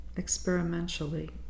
experimentally